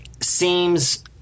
seems –